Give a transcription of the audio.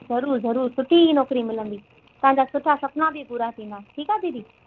ज़रूरु ज़रूरु सुठी ई नौकिरी मिलंदी तव्हांजा सुठा सपना बि पूरा थींदा ठीकु आहे दीदी